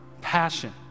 passion